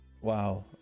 Wow